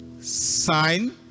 sign